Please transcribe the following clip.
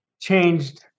changed